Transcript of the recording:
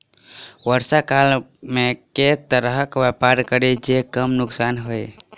वर्षा काल मे केँ तरहक व्यापार करि जे कम नुकसान होइ?